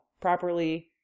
properly